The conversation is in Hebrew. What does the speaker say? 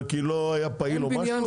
כי לא היה פעיל או משהו,